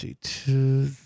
two